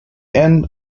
end